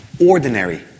ordinary